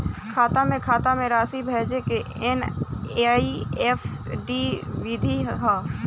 खाता से खाता में राशि भेजे के एन.ई.एफ.टी विधि का ह?